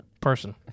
person